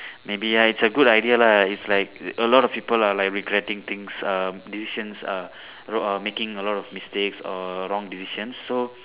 maybe ya it's a good idea lah it's like a lot of people are like regretting things uh decisions uh uh making a lot of mistakes or wrong decisions so